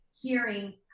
hearing